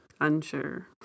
Unsure